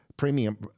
premium